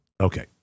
Okay